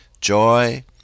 joy